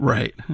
Right